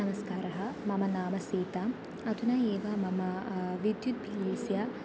नमस्कारः मम नाम सीता अधुना एव मम विद्युत् भील् अस्य